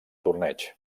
torneig